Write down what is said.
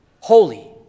holy